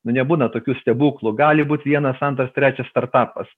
nu nebūna tokių stebuklų gali būt vienas antras trečias startapas